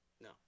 No